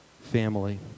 family